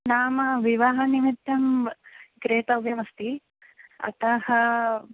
नाम विवाहनिमित्तं क्रेतव्यमस्ति अतः